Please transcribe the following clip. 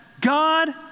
God